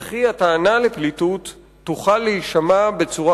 וכי הטענה לפליטות תוכל להישמע בצורה